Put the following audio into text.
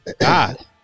God